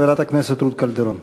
חברת הכנסת רות קלדרון.